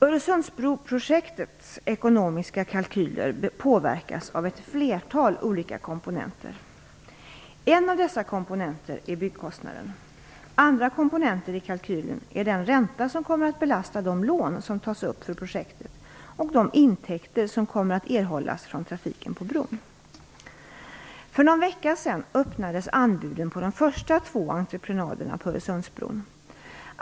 Öresundsbroprojektets ekonomiska kalkyler påverkas av ett flertal olika komponenter. En av dessa komponenter är byggkostnaden. Andra komponenter i kalkylen är den ränta som kommer att belasta de lån som tas upp för projektet och de intäkter som kommer att erhållas från trafiken på bron. För någon vecka sedan öppnades anbuden på de första två entreprenaderna på Öresundsbron.